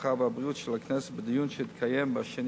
הרווחה והבריאות של הכנסת בדיון שהתקיים ב-2